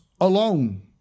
alone